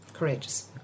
Courageous